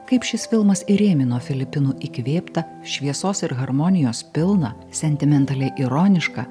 kaip šis filmas įrėmino filipinų įkvėptą šviesos ir harmonijos pilną sentimentaliai ironišką